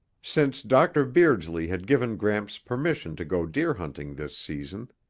since dr. beardsley had given gramps permission to go deer hunting this season,